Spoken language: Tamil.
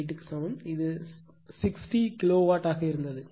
8 க்கு சமம் இது 60KW ஆக இருந்தது